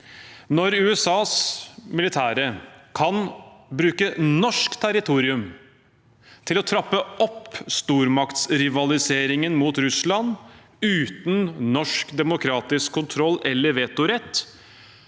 Når USAs militære kan bruke norsk territorium til å trappe opp stormaktsrivaliseringen mot Russland, uten norsk demokratisk kontroll eller vetorett,